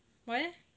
why eh